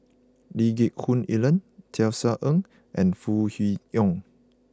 Lee Geck Hoon Ellen Tisa Ng and Foo Kwee Horng